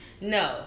No